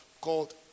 called